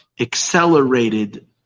accelerated